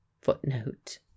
Footnote